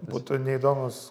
būtų neįdomūs